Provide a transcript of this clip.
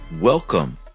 Welcome